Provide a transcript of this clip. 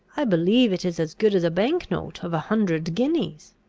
i believe it is as good as a bank-note of a hundred guineas.